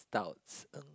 B is stouts um